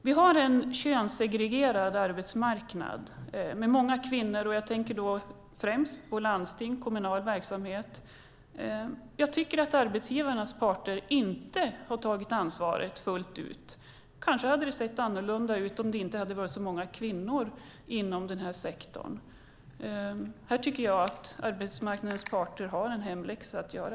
Vi har en könssegregerad arbetsmarknad med många kvinnor. Jag tänker främst på landstingsverksamhet och kommunal verksamhet. Jag tycker att arbetsgivarnas parter inte har tagit ansvaret fullt ut. Det kanske hade sett annorlunda ut om det inte hade varit övervägande kvinnor inom den här sektorn. Här tycker jag att arbetsmarknadens parter har en hemläxa.